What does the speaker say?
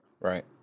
Right